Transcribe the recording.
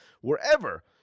wherever